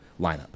lineup